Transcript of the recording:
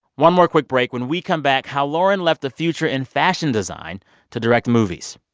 one more quick break. when we come back, how lauren left a future in fashion design to direct movies.